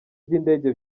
by’indege